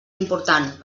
important